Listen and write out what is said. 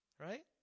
right